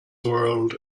world